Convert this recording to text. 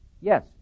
Yes